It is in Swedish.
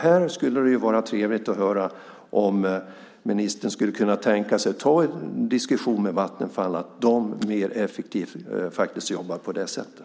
Det skulle vara trevligt att höra om ministern skulle kunna tänka sig att ta en diskussion med Vattenfall om att de faktiskt kan jobba mer effektivt på det sättet.